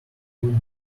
two